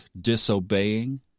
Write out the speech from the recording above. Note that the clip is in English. disobeying